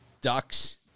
Ducks